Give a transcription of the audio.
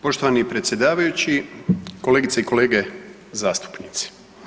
Poštovani predsjedavajući, kolegice i kolege zastupnici.